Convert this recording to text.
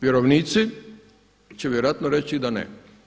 Vjerovnici će vjerojatno reći da ne.